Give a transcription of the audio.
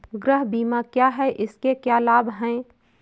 गृह बीमा क्या है इसके क्या लाभ हैं?